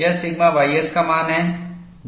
यह sigma ys का मान है